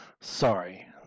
Sorry